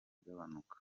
igabanuka